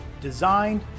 designed